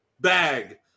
bag